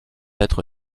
être